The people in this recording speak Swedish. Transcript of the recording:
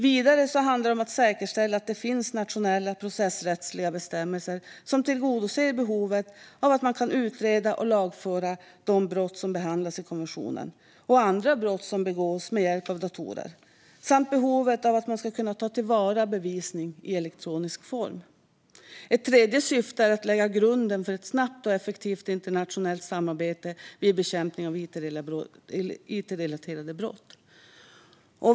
Vidare handlar det om att säkerställa att det finns nationella processrättsliga bestämmelser som tillgodoser behovet av att man kan utreda och lagföra de brott som behandlas i konventionen och andra brott som begås med hjälp av datorer samt behovet av att man ska kunna ta till vara bevisning i elektronisk form. Ett tredje syfte är att lägga grunden till ett snabbt och effektivt internationellt samarbete vid bekämpningen av it-relaterade brott.